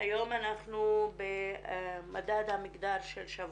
היום אנחנו במדד המגדר של שוות,